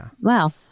Wow